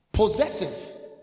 possessive